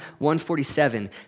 147